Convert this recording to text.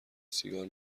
سیگار